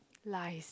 lies